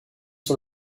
sur